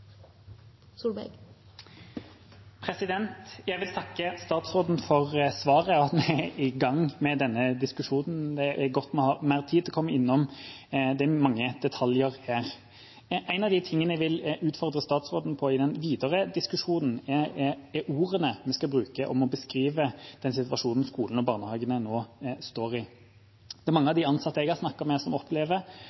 i gang med denne diskusjonen. Det er godt vi har mer tid, for det er mange detaljer i dette. Noe av det jeg vil utfordre statsråden på i den videre diskusjonen, er ordene vi skal bruke for å beskrive den situasjonen skolene og barnehagene nå står i.